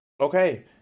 Okay